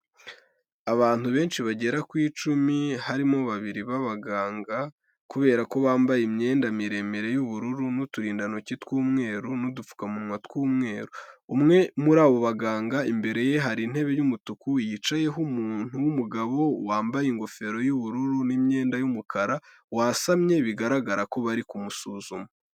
Abantu benshi bagera ku icumi, harimo babiri babaganga, kubera ko bambaye imyenda miremire y'ubururu n'uturindantoki tw'umweru, n'udupfukamunwa tw'umweru, umwe muri abo baganga imbere ye, hari intebe y'umutuku yicayeho umuntu w'umugabo wambaye ingofero y'ubururu n'imyenda y'umukara wasamye, bigaragara ko bari kumusuzuma.